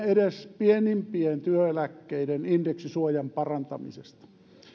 edes pienimpien työeläkkeiden indeksisuojan parantamisesta